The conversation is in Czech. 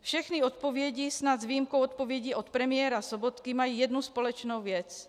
Všechny odpovědi, snad s výjimkou odpovědi od premiéra Sobotky, mají jednu společnou věc.